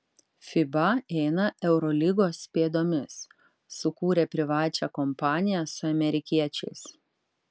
fiba eina eurolygos pėdomis sukūrė privačią kompaniją su amerikiečiais